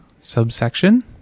subsection